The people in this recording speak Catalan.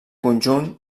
conjunt